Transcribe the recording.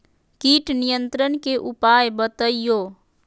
किट नियंत्रण के उपाय बतइयो?